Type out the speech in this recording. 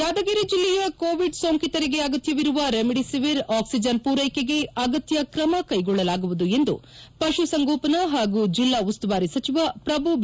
ಯಾದಗಿರಿ ಜಿಲ್ಲೆಯ ಕೋವಿಡ್ ಸೋಂಕಿತರಿಗೆ ಅಗತ್ಯವಿರುವ ರೆಮ್ಡೆಸಿವಿರ್ ಆಕ್ಲಜನ್ ಪೂರೈಕೆಗೆ ಅಗತ್ಯ ಕ್ರಮ ಕೈಗೊಳ್ಳಲಾಗುವುದು ಎಂದು ಪಶುಸಂಗೋಪನೆ ಹಾಗೂ ಜಿಲ್ಲಾ ಉಸ್ತುವಾರಿ ಸಚಿವ ಪ್ರಭು ಬಿ